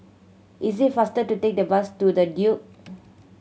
it is faster to take the bus to The Duke